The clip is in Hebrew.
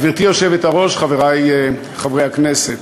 גברתי היושבת-ראש, חברי חברי הכנסת,